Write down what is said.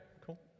cool